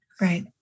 Right